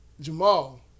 Jamal